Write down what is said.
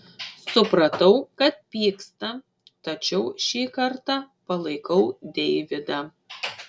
supratau kad pyksta tačiau šį kartą palaikiau deividą